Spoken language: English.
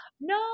No